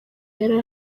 yari